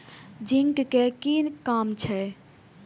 Zinc के कि काम छै?